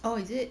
oh is it